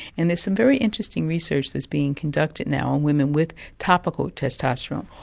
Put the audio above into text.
and there's some very interesting research that's being conducted now on women with topical testosterone.